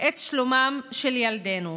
את שלומם של ילדינו,